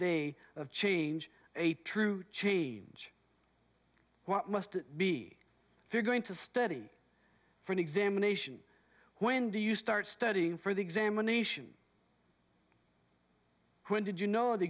day of change a true change what must be if you're going to study for an examination when do you start studying for the examination when did you know the